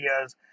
ideas